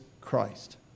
Christ